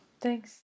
Thanks